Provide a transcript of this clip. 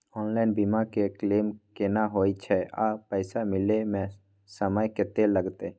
Online बीमा के claim केना होय छै आ पैसा मिले म समय केत्ते लगतै?